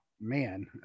man